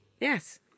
Yes